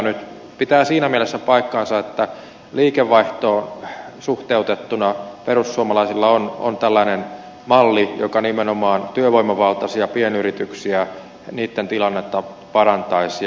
se pitää siinä mielessä paikkansa että liikevaihtoon suhteutettuna perussuomalaisilla on tällainen malli joka nimenomaan työvoimavaltaisia pienyrityksiä ja niitten tilannetta parantaisi